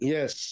Yes